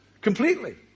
Completely